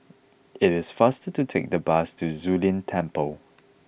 it is faster to take the bus to Zu Lin Temple